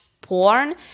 porn